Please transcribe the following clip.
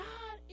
God